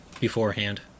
beforehand